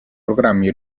programmi